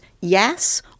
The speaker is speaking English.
yes